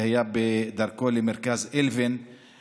והיה בדרכו למרכז אלווין ב-30 במאי.